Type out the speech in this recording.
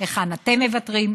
היכן אתם מוותרים,